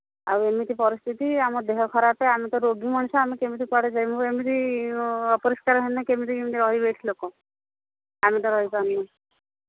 ଆଉ ଏମିତି ପରିସ୍ଥିତି ଆମ ଦେହ ଖରାପେ ଆମେ ତ ରୋଗୀ ମଣିଷ ଆମେ କେମିତି କୁଆଡ଼େ ଯିବୁ ଏମିତି ଅପରିଷ୍କାର ହେଲେ କେମତି କେମିତି ଏଠି ରହିବେ ଏଠି ଲୋକ ଆମେ ତ ରହିପାରୁନୁ